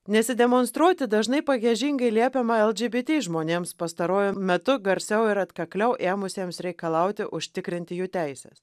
nesidemonstruoti dažnai pagiežingai liepiama lgbt žmonėms pastaruoju metu garsiau ir atkakliau ėmusiems reikalauti užtikrinti jų teises